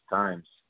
times